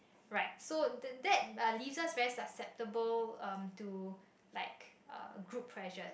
right so the that uh leaves us very susceptible um to like uh group pressures